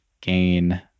gain